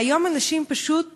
והיום אנשים פשוט חוגגים.